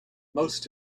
most